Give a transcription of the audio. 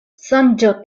sonĝo